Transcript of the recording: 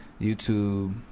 YouTube